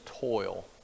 toil